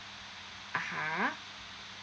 (uh huh)